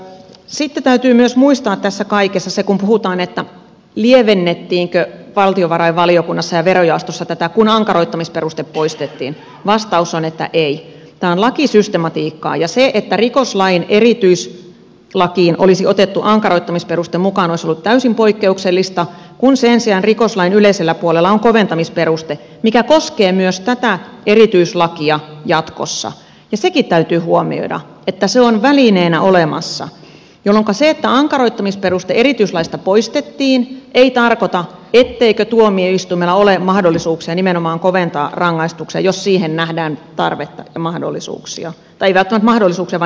sitten täytyy muistaa tässä kaikessa myös se kun puhutaan lievennettiinkö valtiovarainvaliokunnassa ja verojaostossa tätä kun ankaroittamisperuste poistettiin vastaus on että ei että tämä on lakisystematiikkaa ja se että rikoslain erityislakiin olisi otettu ankaroittamisperuste mukaan olisi ollut täysin poikkeuksellista kun sen sijaan rikoslain yleisellä puolella on koventamisperuste mikä koskee myös tätä erityislakia jatkossa ja sekin täytyy huomioida että se on välineenä olemassa jolloinka se että ankaroittamisperuste erityislaista poistettiin ei tarkoita etteikö tuomioistuimella ole mahdollisuuksia nimenomaan koventaa rangaistuksia jos siihen nähdään tarvetta ja mahdollisuuksia tai ei välttämättä mahdollisuuksia vaan nimenomaan tarvetta